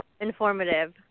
informative